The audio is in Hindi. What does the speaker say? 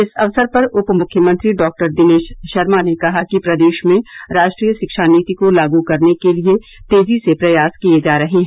इस अवसर पर उप मुख्यमंत्री डॉक्टर दिनेश शर्मा ने कहा कि प्रदेश में राष्ट्रीय शिक्षा नीति को लागू करने के लिए तेजी से प्रयास किए जा रहे हैं